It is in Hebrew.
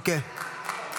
אוקיי.